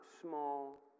small